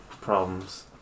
problems